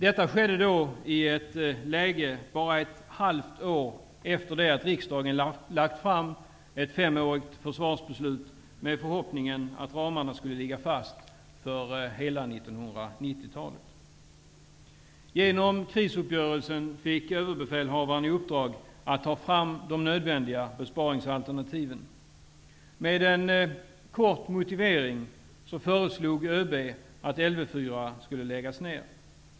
Detta skedde bara ett halvår efter det att riksdagen hade lagt fast ett femårigt försvarsbeslut, med förhoppningen att ramarna skulle ligga fast under hela 1990-talet. Genom krisuppgörelsen fick Överbefälhavaren i uppdrag att ta fram de nödvändiga besparingsalternativen. Med en kort motivering föreslog ÖB att Lv 4 skulle läggas ner.